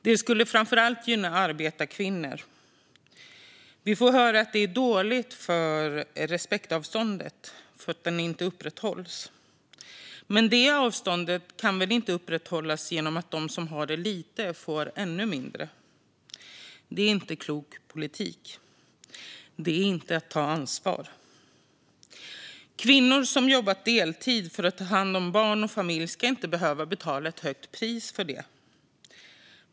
Det skulle gynna framför allt arbetarkvinnor. Vi får höra att det är dåligt därför att "respektavståndet" inte upprätthålls. Men det avståndet kan väl inte upprätthållas genom att de som har lite får ännu mindre? Det är inte klok politik. Det är inte att ta ansvar. Kvinnor som jobbat deltid för att ta hand om barn och familj ska inte behöva betala ett högt pris för det.